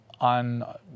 on